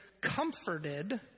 comforted